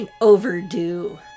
Overdue